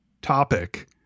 topic